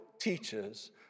teaches